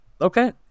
Okay